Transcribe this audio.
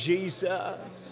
Jesus